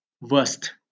Worst